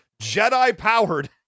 Jedi-powered